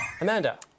Amanda